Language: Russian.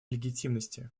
легитимности